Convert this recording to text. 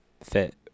fit